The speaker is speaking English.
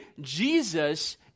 jesus